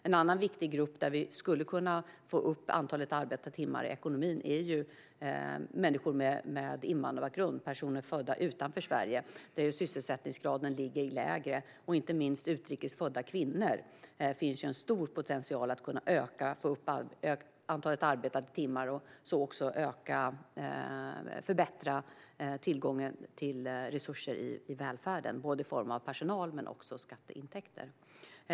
En annan viktig grupp där vi skulle kunna få upp antalet arbetade timmar i ekonomin är människor med invandrarbakgrund, alltså personer födda utanför Sverige, där ju sysselsättningsgraden är lägre. Inte minst bland utrikesfödda kvinnor finns en stor potential att kunna öka antalet arbetade timmar och förbättra tillgången till resurser i välfärden i form av både personal och skatteintäkter.